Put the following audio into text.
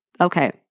Okay